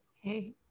Hey